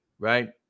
Right